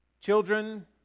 children